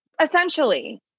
essentially